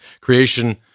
creation